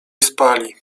spali